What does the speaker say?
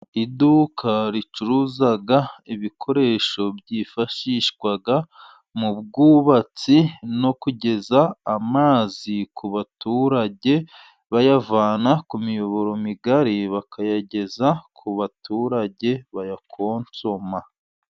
Iduka ricuruza ibikoresho byifashishwa mu bwubatsi, no kugeza amazi ku baturage, bayavana ku miyoboro migari bakayageza ku baturage bayakonsoma.